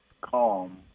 calm